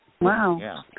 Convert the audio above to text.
Wow